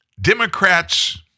Democrats